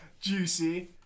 juicy